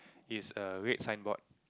is a red sign board